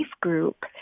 Group